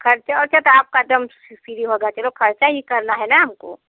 खर्चा उर्चा तो आपका एकदम फ़िरी ही होगा चलो खर्चा ही करना है ना हमको